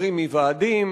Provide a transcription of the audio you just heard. משתחררים מוועדים,